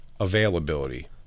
availability